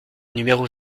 numéro